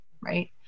right